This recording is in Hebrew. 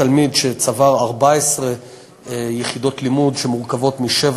תלמיד שצבר 14 יחידות לימוד שמורכבות משבע